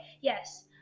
yes